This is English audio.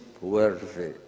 worthy